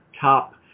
top